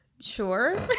Sure